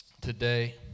today